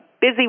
busy